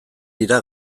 dira